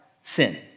sin